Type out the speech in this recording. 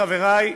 חברי,